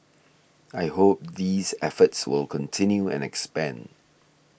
I hope these efforts will continue and expand